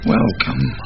Welcome